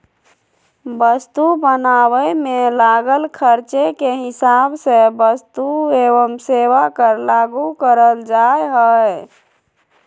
वस्तु बनावे मे लागल खर्चे के हिसाब से वस्तु एवं सेवा कर लागू करल जा हय